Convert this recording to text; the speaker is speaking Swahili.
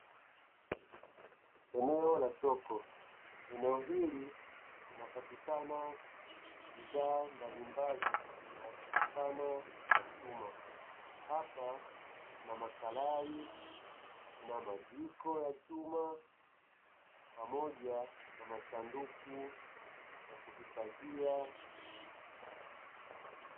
Eneo la soko; eneo hili kunapatikana bidhaa mbalimbali zinazotokana na chuma hapa kuna: makarai, kuna majiko ya chuma pamoja na masanduku ya kuhifadhia.